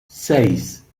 seis